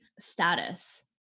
status